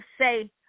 say